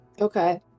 Okay